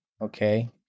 Okay